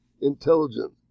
intelligent